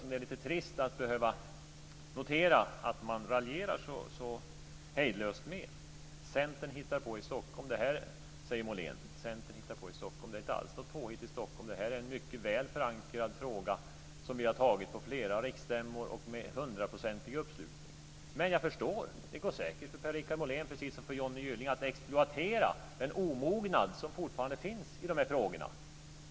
Det är då trist att behöva notera att man raljerar så hejdlöst med den. "Centern hittar på här i Stockholm", säger Molén. Det är inte alls något påhitt i Stockholm. Det här är en mycket väl förankrad fråga, som vi har tagit på flera riksstämmor och med hundraprocentig uppslutning. Men det går säkert för Per-Richard Molén, precis som för Johnny Gylling, att exploatera den omognad som fortfarande finns i de här frågorna.